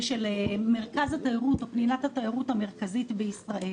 מרכז התיירות או פנינת התיירות המרכזית בישראל,